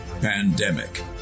Pandemic